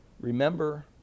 Remember